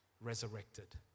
resurrected